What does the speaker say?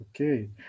okay